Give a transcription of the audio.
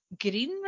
green